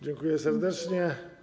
Dziękuję serdecznie.